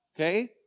okay